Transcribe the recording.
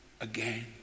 again